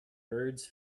birds